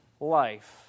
life